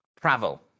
travel